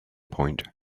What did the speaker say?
point